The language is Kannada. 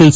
ಎಲ್